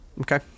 Okay